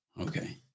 Okay